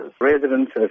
Residents